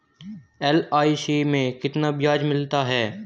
LIC में कितना ब्याज मिलता है?